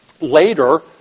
later